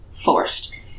forced